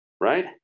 right